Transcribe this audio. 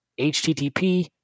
http